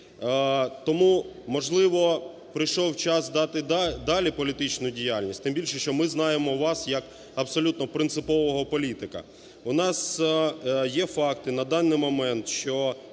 Тому, можливо, прийшов час дати далі політичну діяльність, тим більше, що ми знаємо вас як абсолютно принципового політика. У нас є факти на даний момент, що